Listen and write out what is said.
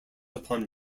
upon